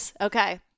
Okay